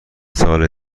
سال